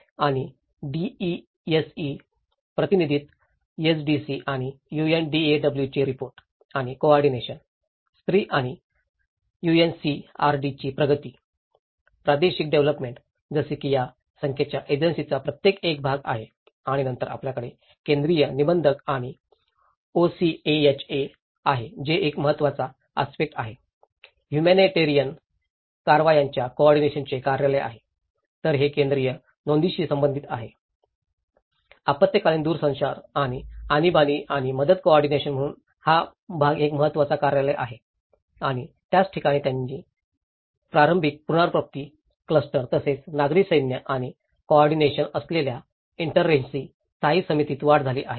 आणि डीईएसई प्रतिध्वनीत SDC आणि UNDAW चे सपोर्ट आणि कोऑर्डिनेशन स्त्री आणि UNCRD ची प्रगती प्रादेशिक डेव्हलोपमेंट जसे की या संख्येच्या एजन्सींचा त्यापैकी एक भाग आहे आणि नंतर आपल्याकडे केंद्रीय निबंधक आणि ओसीएएचए आहे जे एक महत्त्वाचा आस्पेक्टस आहे ह्युमॅनिटेरिअन कारवायांच्या कोऑर्डिनेशनाचे कार्यालय आहे तर ते केंद्रीय नोंदणीशी संबंधित आहे आपत्कालीन दूरसंचार आणि आणीबाणी आणि मदत कोऑर्डिनेशनक म्हणून हा भाग एक महत्त्वाचा कार्यालय आहे आणि त्याच ठिकाणी त्याची प्रारंभिक पुनर्प्राप्ती क्लस्टर तसेच नागरी सैन्य आणि कोऑर्डिनेशन असलेल्या इंटरेन्सी स्थायी समितीत वाढ झाली आहे